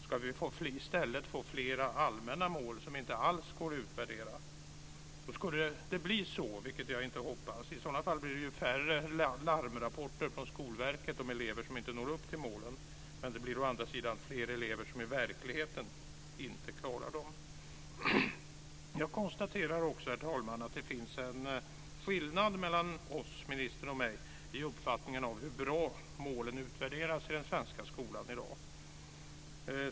Ska vi i stället få flera allmänna mål som inte alls går att utvärdera? Skulle det bli så, vilket jag inte hoppas, blir det färre larmrapporter från Skolverket om elever som inte når upp till målen, men å andra sidan blir det fler elever som i verkligheten inte klarar dem Herr talman! Jag konstaterar också att det finns en skillnad mellan ministern och mig i uppfattningen om hur bra målen utvärderas i den svenska skolan i dag.